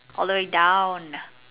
all the way down